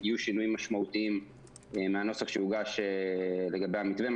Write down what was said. יהיו שינויים משמעותיים מהנוסח שהוגש לגבי המתווה,